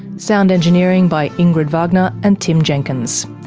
sound engineering by ingrid wagner and tim jenkins.